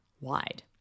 wide